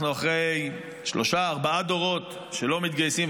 אנחנו אחרי שלושה-ארבעה דורות שלא מתגייסים,